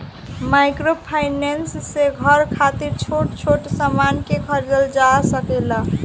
microfinance से घर खातिर छोट छोट सामान के खरीदल जा सकेला